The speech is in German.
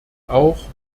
auch